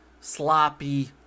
sloppy